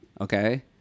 okay